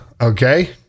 okay